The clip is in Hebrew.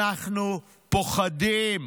אנחנו פוחדים.